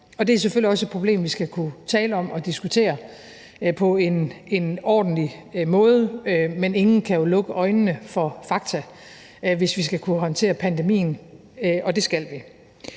det er selvfølgelig også et problem, vi skal kunne tale om og diskutere på en ordentlig måde, men ingen kan jo lukke øjnene for fakta, hvis vi skal kunne håndtere pandemien, og det skal vi.